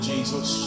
Jesus